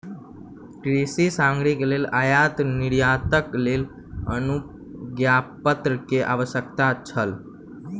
कृषि सामग्री के आयात निर्यातक लेल अनुज्ञापत्र के आवश्यकता छल